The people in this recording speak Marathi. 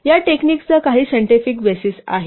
या टेक्निकचा काही सायंटिफिक बेसिस आहे